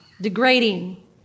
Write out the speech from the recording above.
degrading